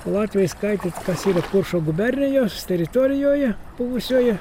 latviai skaitė kas yra kuršo gubernijos teritorijoje buvusioje